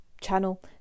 channel